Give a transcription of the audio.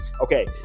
okay